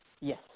Yes